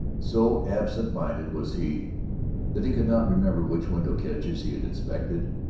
so absent-minded was he that he could not remember which window-catches he had inspected,